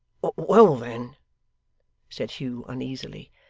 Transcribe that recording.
well then said hugh uneasily,